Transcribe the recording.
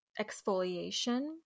exfoliation